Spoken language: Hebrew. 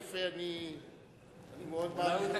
יפה, אני מאוד מעריך את זה.